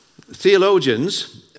theologians